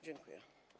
Dziękuję.